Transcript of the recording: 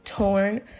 torn